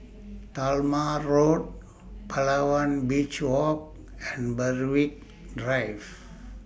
Talma Road Palawan Beach Walk and Berwick Drive